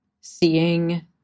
seeing